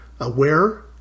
aware